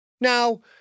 Now